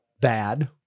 bad